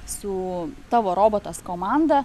su tavo robotas komanda